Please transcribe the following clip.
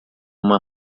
uma